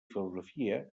filosofia